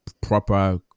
proper